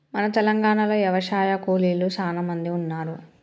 మన తెలంగాణలో యవశాయ కూలీలు సానా మంది ఉన్నారు